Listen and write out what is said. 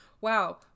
wow